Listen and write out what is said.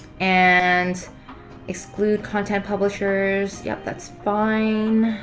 and exclude content publishers? yup, that's fine.